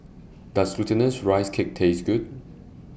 Does Glutinous Rice Cake tastes Good